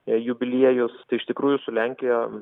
jubiliejus iš tikrųjų su lenkija